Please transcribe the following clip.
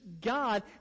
God